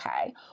okay